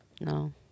no